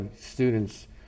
students